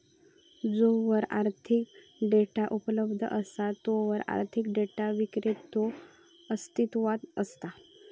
जोवर आर्थिक डेटा उपलब्ध असा तोवर आर्थिक डेटा विक्रेतो अस्तित्वात असता